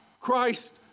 Christ